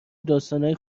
داستانای